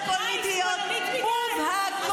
אה?